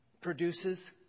produces